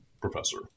professor